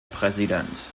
präsident